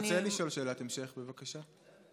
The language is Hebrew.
אני רוצה לשאול שאלת המשך, בבקשה.